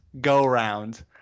go-round